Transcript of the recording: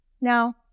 Now